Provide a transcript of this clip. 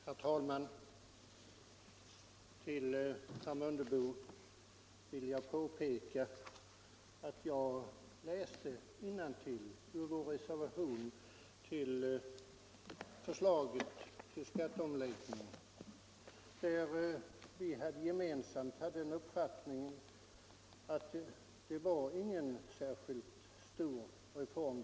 Herr talman! För herr Mundebo vill jag påpeka att jag läste innantill ur vår reservation till förslaget om skatteomläggning, där vi gemensamt uttalade uppfattningen att det inte var någon särskilt stor reform.